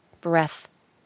breath